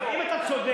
אבל אם אתה צודק,